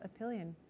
Apillion